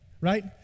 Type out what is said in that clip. right